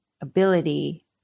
ability